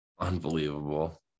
unbelievable